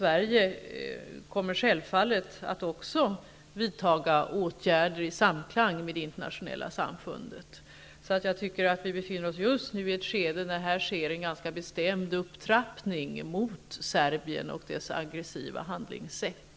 Vi kommer självfallet också att vidta åtgärder i samklang med det internationella samfundet. Jag tycker alltså att vi befinner oss i ett skede när det sker en ganska bestämd upptrappning mot Serbien och dess aggressiva handlingssätt.